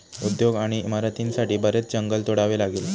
उद्योग आणि इमारतींसाठी बरेच जंगल तोडावे लागले